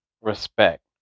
respect